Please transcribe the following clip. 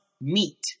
meet